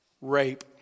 rape